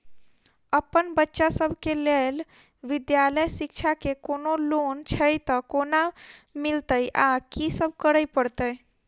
अप्पन बच्चा सब केँ लैल विधालय शिक्षा केँ कोनों लोन छैय तऽ कोना मिलतय आ की सब करै पड़तय